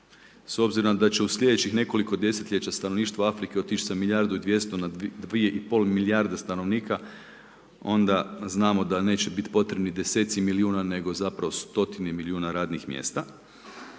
S obzirom da će u slijedećih nekoliko desetljeća stanovništvo Afrike otići sa milijardu i dvjesto na dvije i pol milijarde stanovnika, onda znamo da neće biti potrebni deseci milijuna, nego zapravo stotine milijuna radnih mjesta.